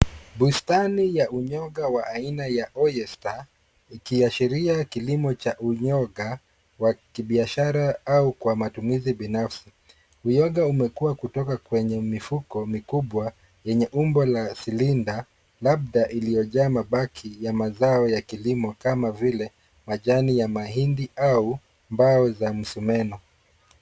Bustani ya unyoga ya oyster ikiashiria kilimo cha unyoga kwa kibiashara au kwa matumizi biafsi. unyoga umekua lenye kutoka kwenye mifuko mikubwa lenye umbo ya silinda labda iliyojaa mabaki ya mazao ya kilimo kama vile majani ya mahindi au mbao la msumeno.